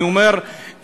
אני אומר,